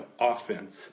offense